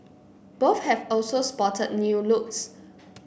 both have also spotted new looks